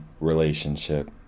relationship